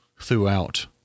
throughout